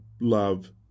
love